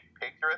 picture